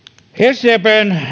sdpn